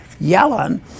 Yellen